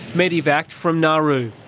medi-vac-ed from nauru.